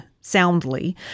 soundly